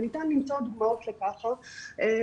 וניתן למצוא דוגמאות לכך בנגב.